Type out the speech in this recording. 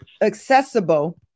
accessible